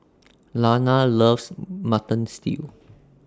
Lana loves Mutton Stew